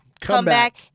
comeback